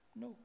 No